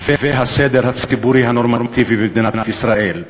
והסדר הציבורי הנורמטיבי במדינת ישראל.